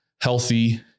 healthy